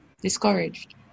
discouraged